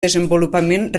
desenvolupament